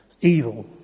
evil